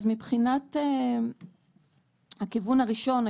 אז מבחינת הכיוון הראשון,